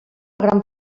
gran